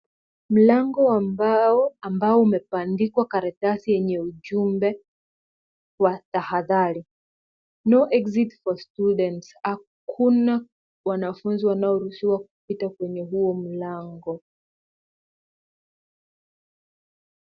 Mlango wa mbao ambao imebandikwa karatasi yenye ujumbe wa tahadhari, no exit for student . Hakuna wanafunzi wanaoruhusiwa kupita kwenye huo mlango.